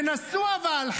תנסו אבל,